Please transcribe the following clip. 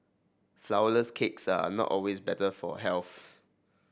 flourless cakes are not always better for health